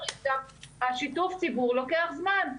שיתוף הציבור לוקח זמן,